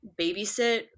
babysit